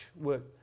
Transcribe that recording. work